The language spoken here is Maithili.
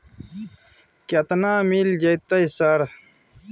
केतना मिल जेतै सर?